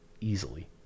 easily